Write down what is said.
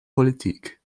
politik